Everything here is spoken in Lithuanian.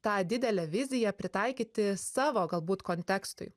tą didelę viziją pritaikyti savo galbūt kontekstui